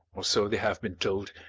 or so they have been told,